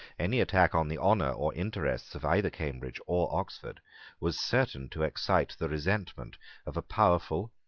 any attack on the honour or interests of either cambridge or oxford was certain to excite the resentment of a powerful,